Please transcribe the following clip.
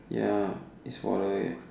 ya it's for the ya